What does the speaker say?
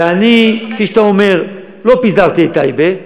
ואני, כפי שאתה אומר, לא פיזרתי את טייבה,